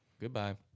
goodbye